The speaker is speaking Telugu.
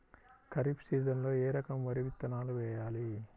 ఖరీఫ్ సీజన్లో ఏ రకం వరి విత్తనాలు వేయాలి?